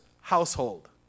household